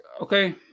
okay